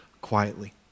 quietly